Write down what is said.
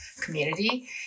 community